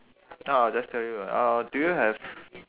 ah I'll just tell you lah uh do you have